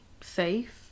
safe